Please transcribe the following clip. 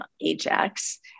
ajax